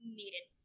needed